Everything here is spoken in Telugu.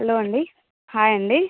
హలో అండి హాయ్ అండి